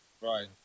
Right